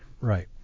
Right